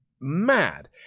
mad